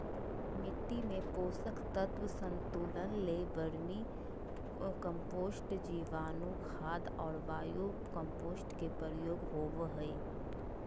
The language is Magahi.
मिट्टी में पोषक तत्व संतुलन ले वर्मी कम्पोस्ट, जीवाणुखाद और बायो कम्पोस्ट के प्रयोग होबो हइ